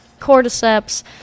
cordyceps